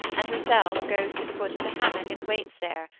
and herself goes to the foot of the hammock and waits there,